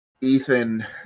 Ethan